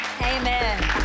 Amen